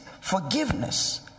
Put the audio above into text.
forgiveness